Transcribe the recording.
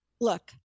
look